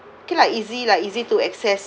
okay lah easy lah easy to access